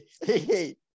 Hey